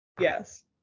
Yes